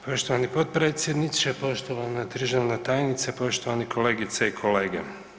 Poštovani potpredsjedniče, poštovana državna tajnice, poštovane kolegice i kolege.